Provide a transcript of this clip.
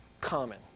common